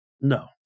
No